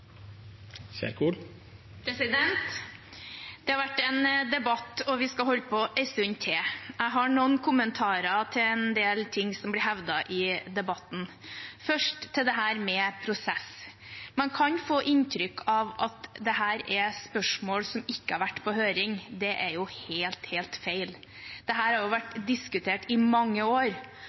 ivaretatt. Det har vært en debatt, og vi skal holde på en stund til. Jeg har noen kommentarer til en del ting som har blitt hevdet i debatten. Først til det med prosess: Man kan få inntrykk av at dette er spørsmål som ikke har vært på høring. Det er helt feil. Dette har vært diskutert i mange år.